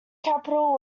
capital